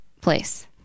place